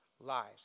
lives